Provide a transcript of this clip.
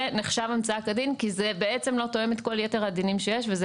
נחשב המצאה כדין כי זה לא תואם את כל יתר הדינים שיש וזה